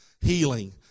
healing